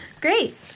Great